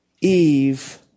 Eve